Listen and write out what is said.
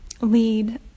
lead